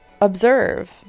observe